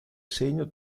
segno